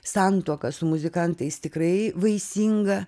santuoka su muzikantais tikrai vaisinga